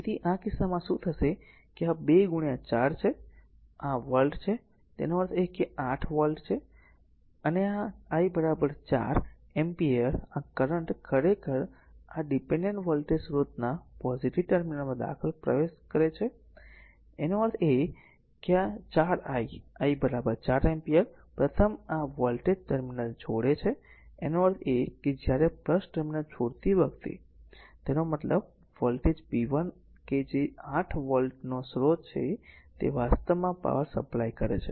તેથી આ કિસ્સામાં શું થશે કે આ r 2 4 છે આ વોલ્ટ છે તેનો અર્થ એ છે કે તે 8 વોલ્ટ છે અને આ I 4 એમ્પીયર આ કરંટ ખરેખર આ ડીપેનડેન્ટ વોલ્ટેજ સ્રોતના પોઝીટીવ ટર્મિનલમાં પ્રવેશ કરે છે તેનો અર્થ r તેનો અર્થ એ છે કે આ 4 I આ I 4 એમ્પીયર પ્રથમ આ વોલ્ટેજ ટર્મિનલ છોડે છે તેનો અર્થ છે જ્યારે ટર્મિનલ છોડતી વખતે તેનો મતલબ વોલ્ટેજ p1 કે જે 8 વોલ્ટ નો સ્રોત છે તે વાસ્તવમાં પાવર સપ્લાય કરે છે